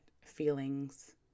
feelings